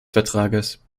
vertrages